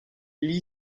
lee